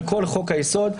על כל חוק היסוד.